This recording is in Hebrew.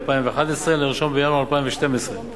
אלא אם כן יירשם חבר כנסת נוסף בדקות